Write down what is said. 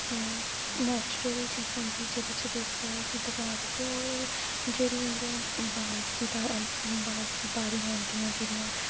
natural चीज होंदी जेह्ड़े च तुस सिद्धा बना सकदे और जेह्ड़ी होंदी बांस दी तां बांस दी बाह्रियां होन्दियां जेह्ड़ियां